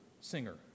singer